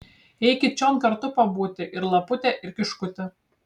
eikit čion kartu pabūti ir lapute ir kiškuti